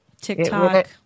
TikTok